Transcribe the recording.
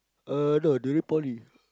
uh no during poly